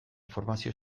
formazio